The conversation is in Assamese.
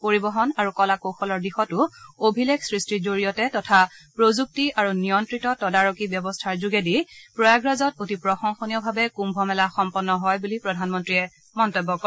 পৰিবহণ আৰু কলাকৌশলৰ দিশতো অভিলেখ সৃষ্টিৰ জৰিয়তে তথা প্ৰযুক্তি আৰু নিয়ন্ত্ৰিত তদাৰকী ব্যৱস্থাৰ যোগেদি প্ৰয়াগৰাজত অতি প্ৰশংসনীয়ভাৱে কুম্ভমেলা সম্পন্ন হয় বুলি প্ৰধানমন্ত্ৰীয়ে মন্তব্য কৰে